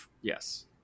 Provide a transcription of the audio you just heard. yes